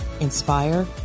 inspire